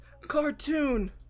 cartoon